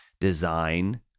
design